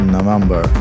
November